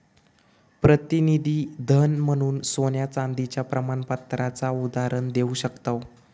प्रतिनिधी धन म्हणून सोन्या चांदीच्या प्रमाणपत्राचा उदाहरण देव शकताव